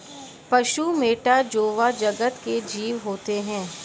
पशु मैटा जोवा जगत के जीव होते हैं